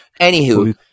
anywho